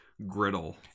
griddle